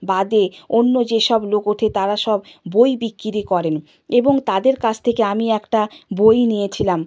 বাদে অন্য যেসব লোক ওঠে তারা সব বই বিক্রি করেন এবং তাদের কাছ থেকে আমি একটা বই নিয়েছিলাম